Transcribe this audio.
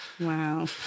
Wow